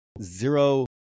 zero